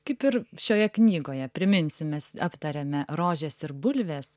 kaip ir šioje knygoje priminsiu mes aptariame rožes ir bulves